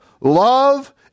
Love